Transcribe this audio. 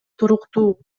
туруктуу